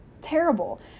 terrible